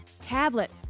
tablet